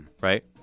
Right